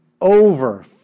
over